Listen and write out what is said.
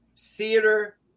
theater